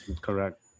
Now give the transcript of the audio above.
correct